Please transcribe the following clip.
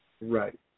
right